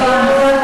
נכון,